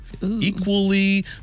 Equally